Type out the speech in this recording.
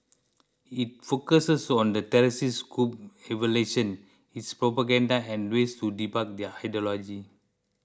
it focuses on the terrorist group's evolution its propaganda and ways to debunk their ideology